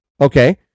Okay